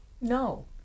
No